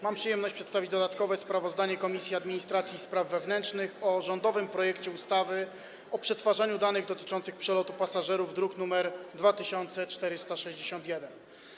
Mam przyjemność przedstawić dodatkowe sprawozdanie Komisji Administracji i Spraw Wewnętrznych o rządowym projekcie ustawy o przetwarzaniu danych dotyczących przelotu pasażera, druk nr 2461.